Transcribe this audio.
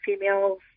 females